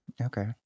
Okay